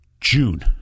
June